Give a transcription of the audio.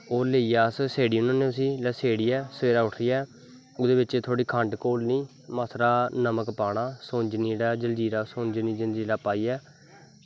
ओह् लेइयै अस स्हेड़ी ओड़ने होन्ने उस्सी सवेरै उट्ठियै ओह्दे बिच्च थोह्ड़ी खंड घोलनी मासा हारा नमक पाना सोनी जेह्ड़ा सोनीजी जलजीरा पाइयै